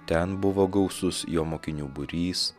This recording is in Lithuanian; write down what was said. ten buvo gausus jo mokinių būrys